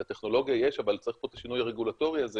את הטכנולוגיה יש אבל צריך פה את השינוי הרגולטורי הזה